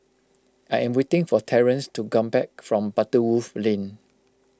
I am waiting for Terance to come back from Butterworth Lane